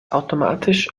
automatisch